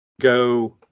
go